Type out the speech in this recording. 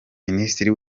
minisitiri